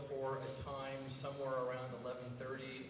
for a time somewhere around eleven thirty